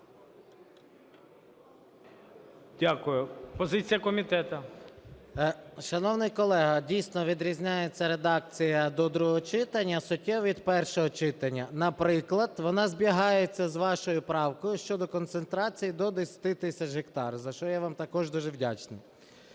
СОЛЬСЬКИЙ М.Т. Шановний колего, дійсно, відрізняється редакція до другого читання суттєво від першого читання. Наприклад, вона збігається з вашою правкою щодо концентрації до 10 тисяч гектарів, за що я вам також дуже вдячний.